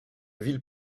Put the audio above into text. ville